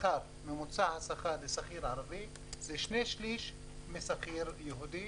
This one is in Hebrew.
ממוצע השכר לשכיר ערבי הוא שני שליש משכיר יהודי,